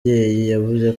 yavuze